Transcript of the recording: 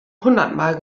hundertmal